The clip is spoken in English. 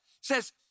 says